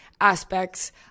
aspects